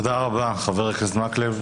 תודה רבה, חבר הכנסת מקלב.